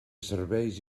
serveis